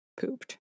pooped